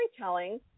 storytelling